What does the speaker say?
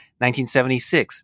1976